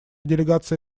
делегация